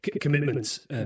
commitments